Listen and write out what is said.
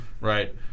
Right